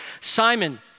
Simon